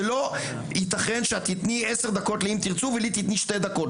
זה לא ייתכן שאת תיתני עשר דקות ל"אם תרצו" ולי תיתני שתי דקות.